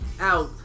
out